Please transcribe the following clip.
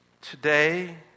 today